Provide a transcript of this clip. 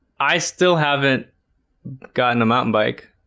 i still haven't gotten a mountain bike.